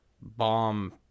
bomb